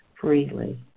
freely